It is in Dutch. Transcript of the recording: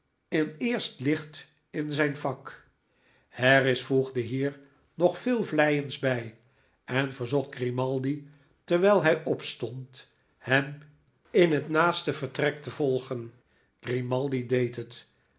een eerst licht in zijn vak harris voegde hier nog veel vleiends bij en verzocht grimaldi terwijl hij opstond hem in het naaste vertrek te volgen grimaldi deed het